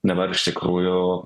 dabar iš tikrųjų